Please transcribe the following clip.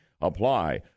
apply